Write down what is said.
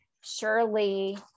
surely